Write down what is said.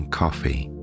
coffee